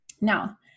Now